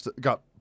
got –